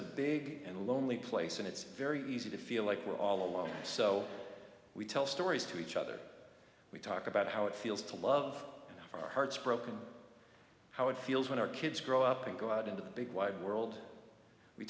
a big and lonely place and it's very easy to feel like we're all alone so we tell stories to each other we talk about how it feels to love our hearts broken how it feels when our kids grow up and go out into the big wide world we